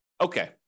okay